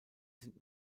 sind